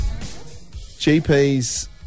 GPs